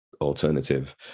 alternative